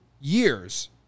years